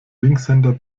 linkshänder